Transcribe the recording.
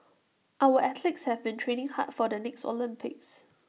our athletes have been training hard for the next Olympics